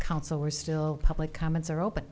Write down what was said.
council were still public comments are open